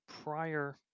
prior